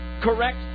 correct